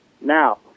Now